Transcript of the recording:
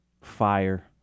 fire